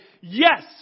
yes